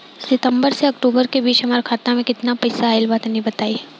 सितंबर से अक्टूबर के बीच हमार खाता मे केतना पईसा आइल बा तनि बताईं?